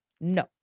no